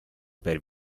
per